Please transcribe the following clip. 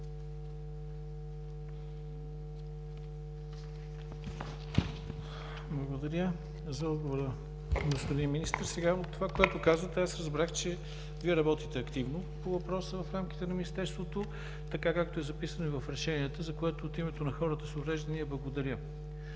Благодаря за отговора, господин Министър. От това, което казвате, аз разбрах, че Вие работите активно по въпроса в рамките на Министерството, така както е записано и в решението, за което от името на хората с увреждания, благодаря.